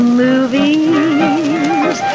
movies